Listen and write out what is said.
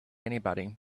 anybody